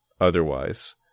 otherwise